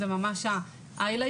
זה ממש בכותרות.